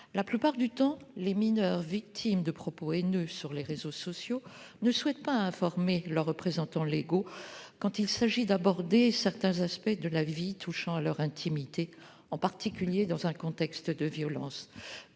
la plupart du temps, les mineurs victimes de propos haineux sur les réseaux sociaux ne souhaitent pas que leurs représentants légaux soient informés quand il s'agit de certains aspects de la vie touchant à leur intimité, en particulier dans un contexte de violence.